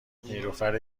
نیلوفر